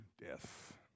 death